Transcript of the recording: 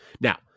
Now